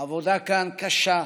העבודה כאן קשה,